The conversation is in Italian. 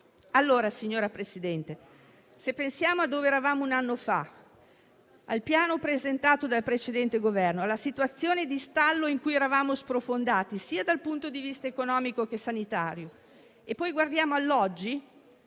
privato. Signora Presidente, se pensiamo a dove eravamo un anno fa, al piano presentato dal precedente Governo, alla situazione di stallo in cui eravamo sprofondati dal punto di vista sia economico che sanitario, e poi guardiamo all'oggi,